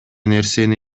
нерсени